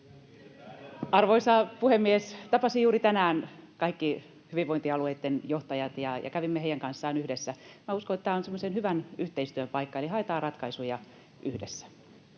Arvoisa puhemies! Tapasin juuri tänään kaikki hyvinvointialueitten johtajat, ja kävimme heidän kanssaan näitä yhdessä. Uskon, että tämä on semmoisen hyvän yhteistyön paikka, eli haetaan ratkaisuja yhdessä.